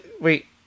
wait